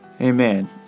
Amen